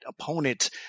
opponent